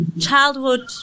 childhood